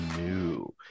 new